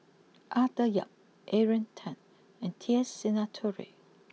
Arthur Yap Adrian Tan and T S Sinnathuray